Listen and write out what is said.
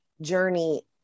journey